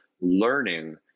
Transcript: Learning